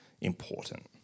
important